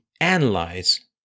analyze